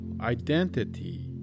identity